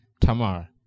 Tamar